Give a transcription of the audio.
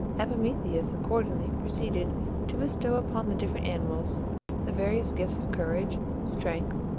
epimetheus accordingly proceeded to bestow upon the different animals the various gifts of courage, strength,